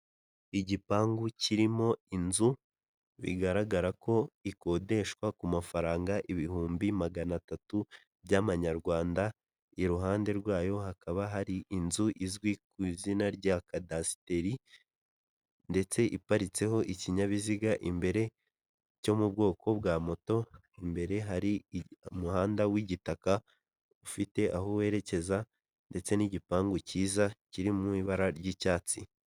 Igipangu kirimo inzu bigaragara ko ikodeshwa ku mafaranga ibihumbi magana atatu by'amanyarwanda, iruhande rwayo hakaba hari inzu izwi ku izina rya kadasiteri ndetse iparitseho ikinyabiziga imbere cyo mu bwoko bwa moto, imbere hari umuhanda w'igitaka ufite aho werekeza ndetse n'igipangu cyiza kiri mu ibara ry'icyatsi.